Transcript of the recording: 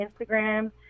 Instagram